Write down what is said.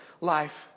life